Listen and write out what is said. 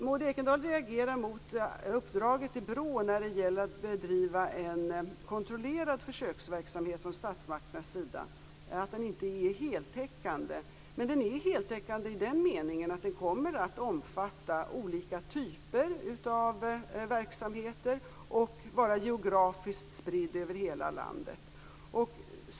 Maud Ekendahl reagerar mot uppdraget till BRÅ när det gäller att bedriva en kontrollerad försöksverksamhet från statsmakternas sida. Verksamheten är inte heller heltäckande. Men den är heltäckande i den meningen att den kommer att omfatta olika typer av verksamheter och vara geografiskt spridd över hela landet.